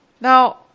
Now